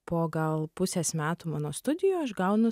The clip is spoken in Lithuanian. po gal pusės metų mano studijų aš gaunu